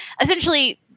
Essentially